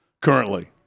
currently